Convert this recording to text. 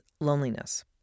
loneliness